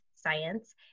science